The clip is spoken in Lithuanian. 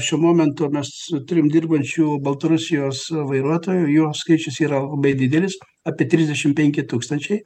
šiuo momentu mes turim dirbančių baltarusijos vairuotojų jų skaičius yra labai didelis apie trisdešimt penki tūkstančiai